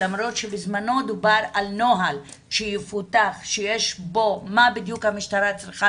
למרות שבזמנו דובר על נוהל שיפותח שכתוב בו מה בדיוק המשטרה צריכה